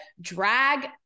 drag